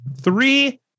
three